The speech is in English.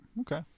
Okay